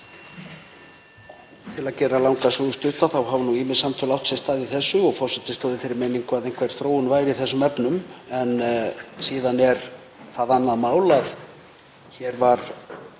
Til að gera langa sögu stutta hafa ýmis samtöl átt sér stað í þessu og forseti stóð í þeirri meiningu að einhver þróun væri í þessum efnum. Síðan er það annað mál að hér var